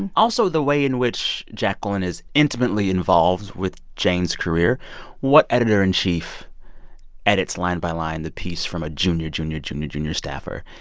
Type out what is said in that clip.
and also, the way in which jacqueline is intimately involved with jane's career what editor in chief edits line by line the piece from a junior, junior, junior, junior staffer?